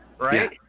right